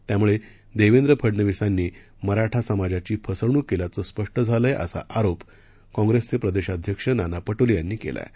त्यामुळे देवेंद्र फडनवीसांनी मराठा समाजाची फसवणूक केल्याचं स्पष्ट झालं आहे असा आरोप काँप्रेस प्रदेशाध्यक्ष नाना पटोले यांनी केला आहे